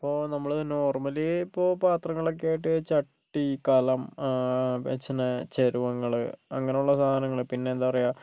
ഇപ്പോൾ നമ്മള് നോർമലി ഇപ്പോൾ പാത്രങ്ങളൊക്കെയായിട്ട് ചട്ടി കലം പിന്നെ ചെരുവങ്ങള് അങ്ങനെയുള്ള സാധങ്ങള് പിന്നെ എന്താ പറയുക